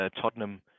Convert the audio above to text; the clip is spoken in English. Tottenham